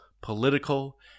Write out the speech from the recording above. political